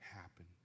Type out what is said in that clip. happen